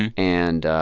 and and